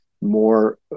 more